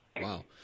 Wow